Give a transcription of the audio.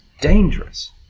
dangerous